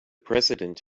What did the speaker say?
president